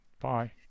Bye